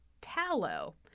tallow